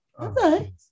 Okay